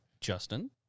Justin